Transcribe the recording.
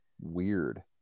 weird